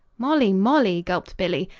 molly, molly, gulped billy,